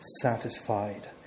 satisfied